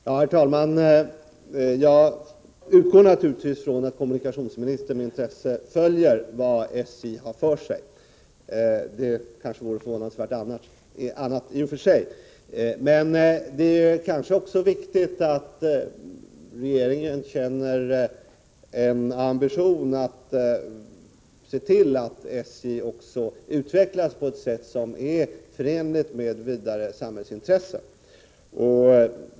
Herr talman! Jag utgår naturligtvis från att kommunikationsministern med intresse följer vad SJ har för sig — någonting annat vore i och för sig förvånansvärt. Men det är också viktigt att regeringen känner en ambition att se till att SJ utvecklas på ett sätt som är förenligt med vidare samhällsintressen.